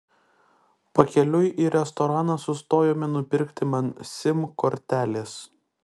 pakeliui į restoraną sustojome nupirkti man sim kortelės